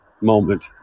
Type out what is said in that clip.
moment